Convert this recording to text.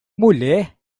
mulher